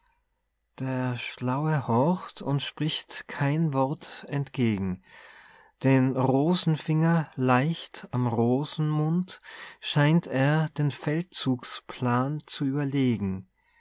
der schlaue horcht und spricht kein wort entgegen den rosenfinger leicht am rosenmund scheint er den feldzugsplan zu überlegen